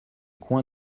coin